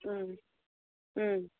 ம் ம்